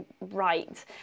right